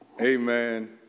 Amen